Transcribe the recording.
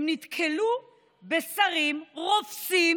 הם נתקלו בשרים רופסים